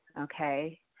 okay